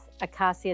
Acacia